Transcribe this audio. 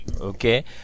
Okay